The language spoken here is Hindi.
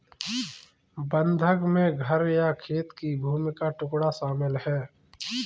बंधक में घर या खेत की भूमि का टुकड़ा शामिल है